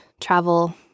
travel